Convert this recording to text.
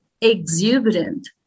exuberant